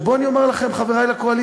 עכשיו, בואו, אני אומר לכם, חברי לקואליציה,